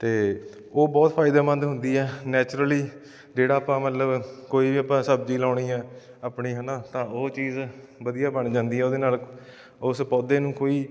ਅਤੇ ਉਹ ਬਹੁਤ ਫਾਇਦੇਮੰਦ ਹੁੰਦੀ ਹੈ ਨੈਚੁਰਲੀ ਜਿਹੜਾ ਆਪਾਂ ਮਤਲਬ ਕੋਈ ਵੀ ਆਪਾਂ ਸਬਜ਼ੀ ਲਾਉਣੀ ਹੈ ਆਪਣੀ ਹੈ ਨਾ ਤਾਂ ਉਹ ਚੀਜ਼ ਵਧੀਆ ਬਣ ਜਾਂਦੀ ਹੈ ਉਹਦੇ ਨਾਲ ਉਸ ਪੌਦੇ ਨੂੰ ਕੋਈ